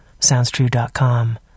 Soundstrue.com